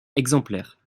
exemplaires